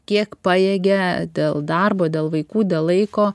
kiek pajėgia dėl darbo dėl vaikų dėl laiko